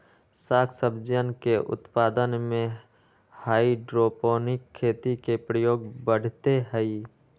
साग सब्जियन के उत्पादन में हाइड्रोपोनिक खेती के प्रयोग बढ़ते हई